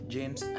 James